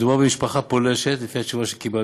מדובר במשפחה פולשת, לפי התשובה שקיבלתי,